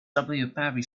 parry